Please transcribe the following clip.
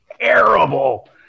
terrible